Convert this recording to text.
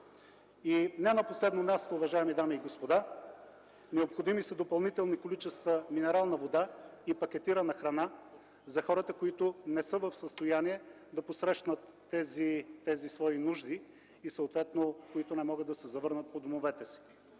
И не на последно място, уважаеми дами и господа, необходими са допълнителни количества минерална вода и пакетирана храна за хората, които не са в състояние да посрещнат тези свои нужди и съответно които не могат да се завърнат по домовете си.